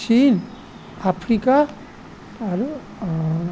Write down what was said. চীন আফ্ৰিকা আৰু